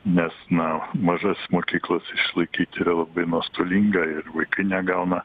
nes na mažas mokyklas išlaikyt yra labai nuostolinga ir vaikai negauna